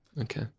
Okay